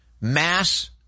mass